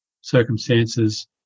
circumstances